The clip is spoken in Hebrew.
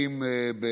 שגרים